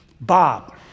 Bob